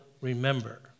Remember